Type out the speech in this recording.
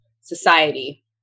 society